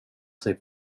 sig